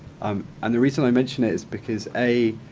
um and the reason i mention it is because a,